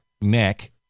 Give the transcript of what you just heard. neck